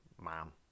mom